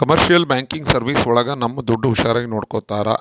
commercial banking service ಒಳಗ ನಮ್ ದುಡ್ಡು ಹುಷಾರಾಗಿ ನೋಡ್ಕೋತರ